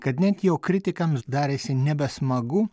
kad net jo kritikams darėsi nebesmagu